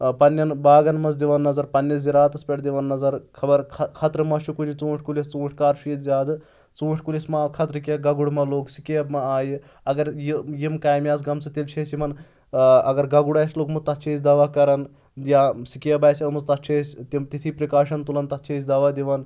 پَننؠن باغن منٛز دِوان نظر پَننِس زِراعاتَس پؠٹھ دِوان نظر خبر خطرٕ ما چھُ کُنہِ ژوٗنٛٹھۍ کُلِس ژوٗنٛٹھۍ کار چھُ ییٚتہِ زیادٕ ژوٗنٛٹھۍ کُلِس ما خطرٕ کینٛہہ گگُر مہ لوٚگ سِکیب مہ آیہِ اگر یہِ یِم کامیاز گَم تیٚلہِ چھِ أسۍ یِمَن اگر گُڑ آسہِ لوٚگمُت تَتھ چھِ أسۍ دَوا کَرَان یا سِکیب آسہِ ٲمٕژ تَتھ چھِ أسۍ تِم تِتھٕے پرٛکاشن تُلان تَتھ چھِ أسۍ دوا دِوان